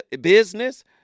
business